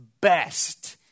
best